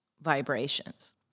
vibrations